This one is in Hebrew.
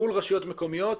מול רשויות מקומיות,